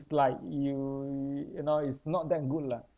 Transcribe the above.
it's like you you know it's not that good lah